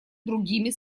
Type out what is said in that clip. другими